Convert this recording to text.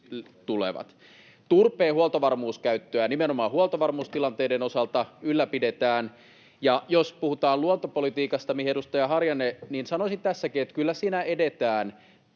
Turpeen huoltovarmuuskäyttöä nimenomaan huoltovarmuustilanteiden osalta ylläpidetään, ja jos puhutaan luontopolitiikasta, mihin edustaja Harjanne viittasi, niin sanoisin tässäkin, että kyllä siinä edetään